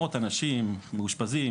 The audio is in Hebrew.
מאות אנשים מאושפזים,